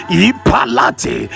ipalate